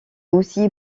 aussi